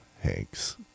Hanks